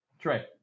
trey